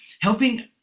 helping